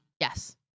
Yes